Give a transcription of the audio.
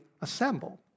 assemble